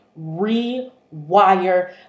rewire